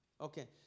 Okay